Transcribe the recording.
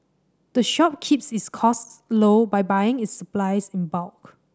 the shop keeps its costs low by buying its supplies in bulk